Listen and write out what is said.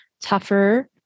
tougher